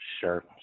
Sure